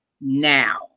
now